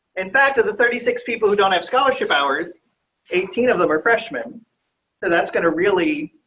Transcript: in fact, of the thirty six people who don't have scholarship hours eighteen of them are freshmen and that's going to really